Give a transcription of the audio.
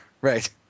Right